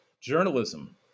journalism